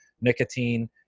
nicotine